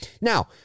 Now